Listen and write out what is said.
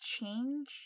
change